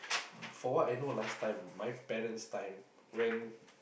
from what I know last time my parents' time when